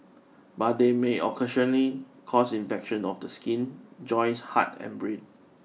but they may occasionally cause infections of the skin joints heart and brain